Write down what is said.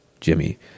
Jimmy